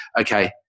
okay